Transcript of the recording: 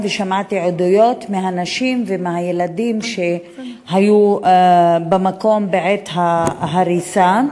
ושמעתי עדויות מהנשים ומהילדים שהיו במקום בעת ההריסה.